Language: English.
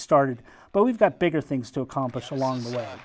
started but we've got bigger things to accomplish along the way